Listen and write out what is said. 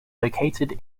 located